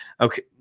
okay